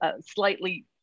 slightly